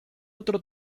otro